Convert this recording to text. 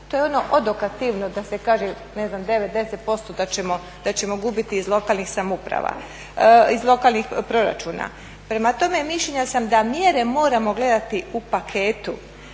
to je ono odokativno da se kaže ne znam 9, 10% da ćemo gubiti iz lokalnih proračuna. Prema tome, mišljenja sam da mjere moramo gledati u paketu,